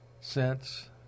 cents